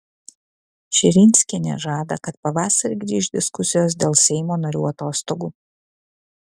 širinskienė žada kad pavasarį grįš diskusijos dėl seimo narių atostogų